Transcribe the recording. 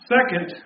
Second